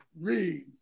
Read